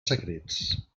secrets